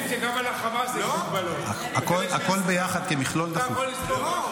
אתה מבין שגם על החמאס יש מגבלות --- הכול ביחד כמכלול דחוף.